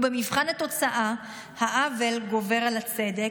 ובמבחן התוצאה, העוול גובר על הצדק,